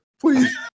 Please